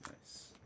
Nice